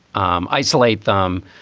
um isolate them,